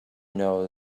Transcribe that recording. know